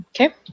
Okay